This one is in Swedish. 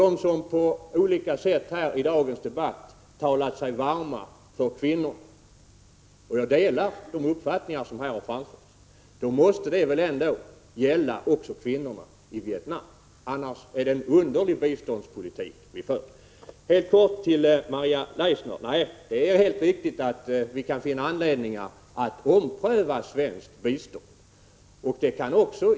När man i dagens debatt på olika sätt har talat sig varm för kvinnor — och jag delar de uppfattningar som här har framförts — måste det väl också gälla kvinnorna i Vietnam. Annars för vi en underlig biståndspolitik. Helt kort till Maria Leissner. Det är alldeles riktigt att det kan finnas anledning att ompröva svenskt bistånd.